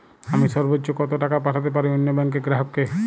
আমি সর্বোচ্চ কতো টাকা পাঠাতে পারি অন্য ব্যাংকের গ্রাহক কে?